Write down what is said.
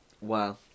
Wow